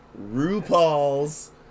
RuPaul's